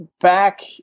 Back